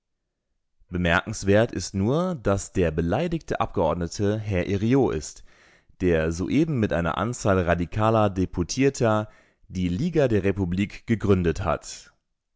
bemerkenswert ist nur daß der beleidigte abgeordnete herr herriot ist der soeben mit einer anzahl radikaler deputierter die liga der republik gegründet hat